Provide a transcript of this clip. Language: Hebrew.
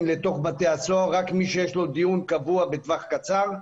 לבתי הסוהר רק למי שיש דיון קבוע בטווח קצר,